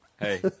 Hey